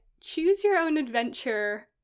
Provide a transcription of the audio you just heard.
choose-your-own-adventure